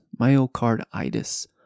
Myocarditis